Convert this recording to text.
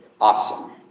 Awesome